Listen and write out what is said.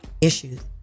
issues